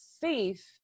safe